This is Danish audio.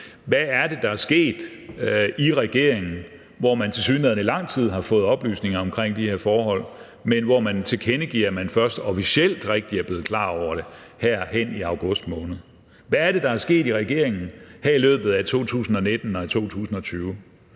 hvad det er, der er sket i regeringen, hvor man tilsyneladende i lang tid har fået oplysninger om de her forhold, men hvor man tilkendegiver, at man først officielt rigtig er blevet klar over det her hen i august måned. Hvad er det, der er sket i regeringen her i løbet af 2019 og 2020?